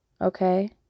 Okay